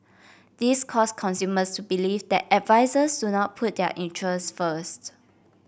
this caused consumers to believe that advisers do not put their interest first